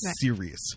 Serious